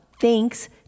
thanks